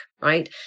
right